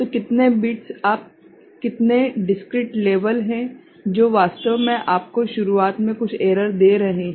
तो कितने बिट्स आप कितने डिसक्रीट लेवल हैं जो वास्तव में आपको शुरुआत में कुछ एरर दे रहे हैं